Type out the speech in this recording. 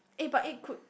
eh but eh could